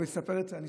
אני מסיים.